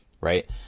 right